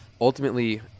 ultimately